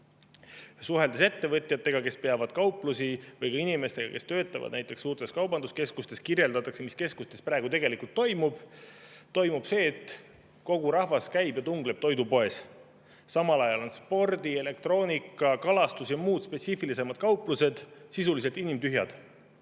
Suheldes ettevõtjatega, kes peavad kauplusi, või ka inimestega, kes töötavad näiteks suurtes kaubanduskeskustes, võib kuulda kirjeldusi, mis keskustes praegu tegelikult toimub. Toimub see, et kogu rahvas käib ja tungleb toidupoes. Samal ajal on spordi‑, elektroonika‑, kalastus‑ ja muud spetsiifilisemad kauplused sisuliselt inimtühjad.